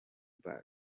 but